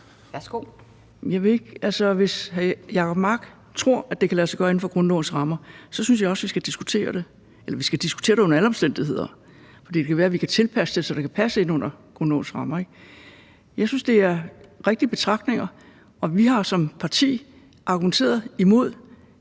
hr. Jacob Mark tror, at det kan lade sig gøre inden for grundlovens rammer, så synes jeg også, vi skal diskutere det. Eller vi skal under alle omstændigheder diskutere det, for det kan være, at vi kan tilpasse det, så det kan passe ind under grundlovens rammer. Jeg synes, det er rigtige betragtninger, og vi har som parti argumenteret imod